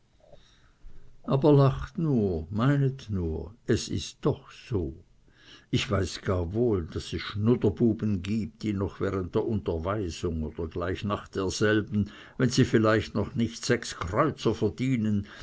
aber lacht nur meinet nur es ist doch so ich weiß gar wohl daß es schnuderbuben gibt die noch während der unterweisung oder gleich nach derselben wenn sie vielleicht noch nicht sechs kreuzer verdienen